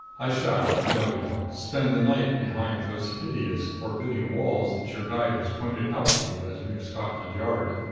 i shall, no doubt, spend the night behind those hideous, forbidding walls that your guide has pointed out to you as new scotland yard.